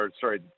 sorry